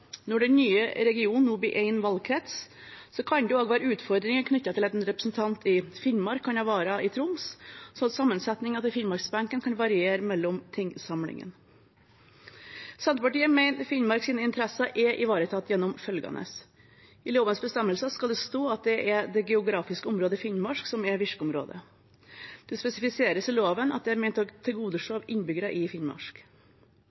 Når den nye regionen nå blir én valgkrets, kan det også være utfordringer knyttet til at en representant i Finnmark kan ha vara i Troms, slik at sammensetningen av finnmarksbenken kan variere mellom tingsamlingene. Senterpartiet mener Finnmarks interesser er ivaretatt gjennom følgende: I lovens bestemmelser skal det stå at det er det geografiske området Finnmark som er virkeområdet. Det spesifiseres i loven at den er ment å